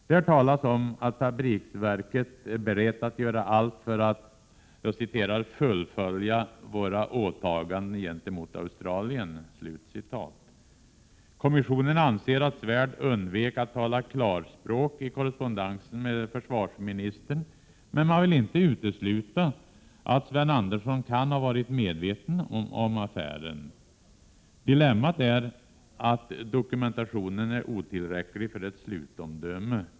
Där talas om att fabriksverket är berett att göra allt för att ”fullfölja våra åtaganden gentemot Australien.” Kommissionen anser att Svärd undvek att tala klarspråk i korrespondensen med försvarsministern, men man vill inte utesluta att Sven Andersson kan ha varit medveten om affären. Dilemmat är att dokumentationen är otillräcklig för ett slutomdöme.